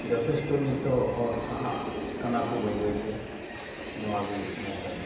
ᱡᱚᱛᱷᱮᱥᱴᱚ ᱱᱤᱛᱚᱜ ᱦᱚᱲ ᱥᱟᱦᱟᱜ ᱠᱟᱱᱟᱠᱚ ᱵᱟᱹᱭ ᱵᱟᱹᱭᱛᱮ ᱱᱚᱣᱟᱜᱮ ᱢᱮᱱ ᱜᱟᱱᱚᱜᱼᱟ